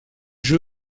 jeu